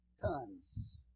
tons